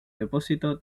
depósito